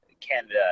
Canada